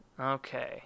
Okay